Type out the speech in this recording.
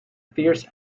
fierce